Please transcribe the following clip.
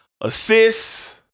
assists